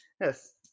yes